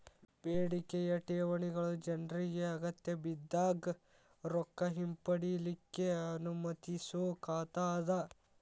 ಬೇಡಿಕೆಯ ಠೇವಣಿಗಳು ಜನ್ರಿಗೆ ಅಗತ್ಯಬಿದ್ದಾಗ್ ರೊಕ್ಕ ಹಿಂಪಡಿಲಿಕ್ಕೆ ಅನುಮತಿಸೊ ಖಾತಾ ಅದ